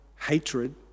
hatred